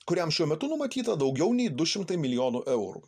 kuriam šiuo metu numatyta daugiau nei du šimtai milijonų eurų